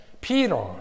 Peter